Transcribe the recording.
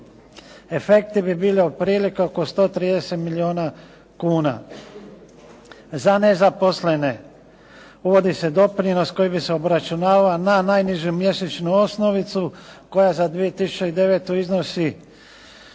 Efekti bi bili otprilike oko 130 milijuna kuna. Za nezaposlene uvodi se doprinos koji bi se obračunavao na najnižu mjesečnu osnovicu koja za 2009. iznosi